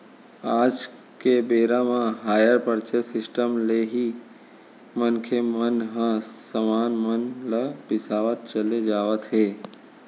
आज के बेरा म हायर परचेंस सिस्टम ले ही मनखे मन ह समान मन ल बिसावत चले जावत हे